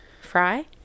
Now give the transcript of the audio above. Fry